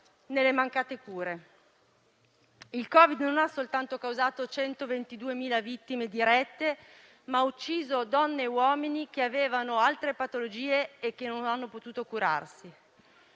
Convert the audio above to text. nelle mancate cure. Il Covid non ha soltanto causato 122.000 vittime dirette, ma ha ucciso donne e uomini che avevano altre patologie e che non hanno potuto curarsi.